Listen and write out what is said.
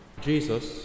Jesus